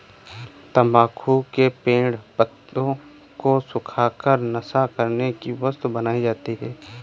तम्बाकू के पेड़ पत्तों को सुखा कर नशा करने की वस्तु बनाई जाती है